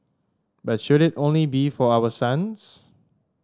but should it only be for our sons